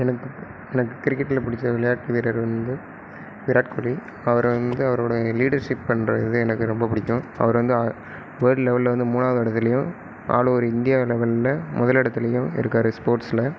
எனக்கு எனக்கு கிரிக்கெட்டில் பிடிச்ச விளையாட்டு வீரர் வந்து விராட் கோலி அவரு வந்து அவரோட லீடர்ஷிப் பண்ணுற இது எனக்கு ரொம்ப பிடிக்கும் அவரு வந்து வேர்ல்டு லெவலில் வந்து மூணாவது இடத்துலியும் ஆல் ஓவர் இந்தியா லெவலில் முதல் இடத்துலியும் இருக்கார் ஸ்போட்ஸ்சில்